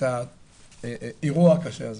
את האירוע הקשה הזה.